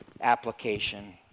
application